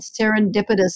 serendipitous